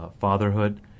fatherhood